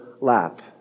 lap